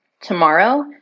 tomorrow